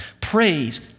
Praise